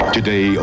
Today